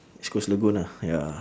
east coast lagoon ah ya